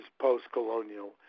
post-colonial